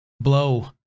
blow